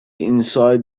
inside